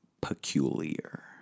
peculiar